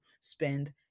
spend